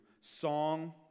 song